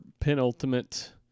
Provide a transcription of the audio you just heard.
penultimate